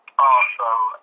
Awesome